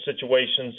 situations